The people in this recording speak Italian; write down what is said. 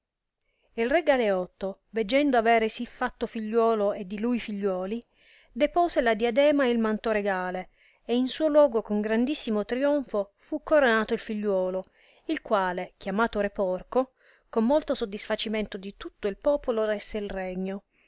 il re galeotto veggendo avere sì fatto figliuolo e di lui figliuoli depose la diadema e il manto regale e in suo luogo con grandissimo trionfo fu coronato il figliuolo il quale chiamato re porco con molto sodisfacimento di tutto il popolo resse il regno